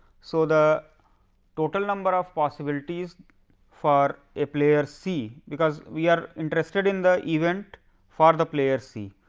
so, the total number of possibilities for a player c, because we are interested in the event for the player c,